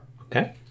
Okay